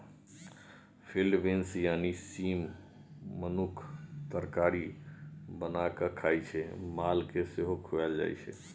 field beans यानी सीम मनुख तरकारी बना कए खाइ छै मालकेँ सेहो खुआएल जाइ छै